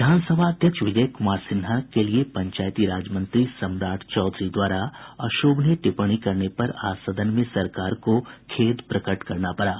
विधान सभा अध्यक्ष विजय कुमार सिन्हा के लिये पंचायती राज मंत्री सम्राट चौधरी द्वारा अशोभनीय टिप्पणी करने पर आज सदन में सरकार को खेद प्रकट करना पड़ा